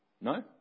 No